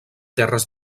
terres